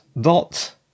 dot